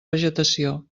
vegetació